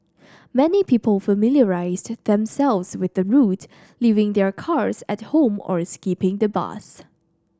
many people familiarised themselves with the route leaving their cars at home or skipping the bus